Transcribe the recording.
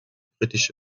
britische